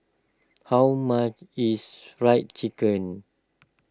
how much is Fried Chicken